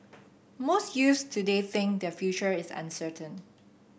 most youths today think their future is uncertain